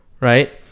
right